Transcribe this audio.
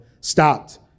stopped